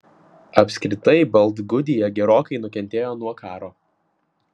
apskritai baltgudija gerokai nukentėjo nuo karo